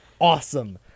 Awesome